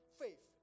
faith